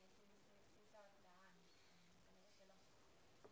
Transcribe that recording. כיהנתי בנשיאות איגוד תעשיות האלקטרוניקה והתוכנה,